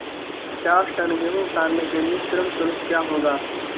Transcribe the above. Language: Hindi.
पचास टन गेहूँ उतारने के लिए श्रम शुल्क क्या होगा?